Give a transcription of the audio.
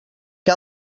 que